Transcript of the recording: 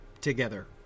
together